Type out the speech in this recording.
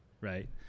right